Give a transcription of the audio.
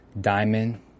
Diamond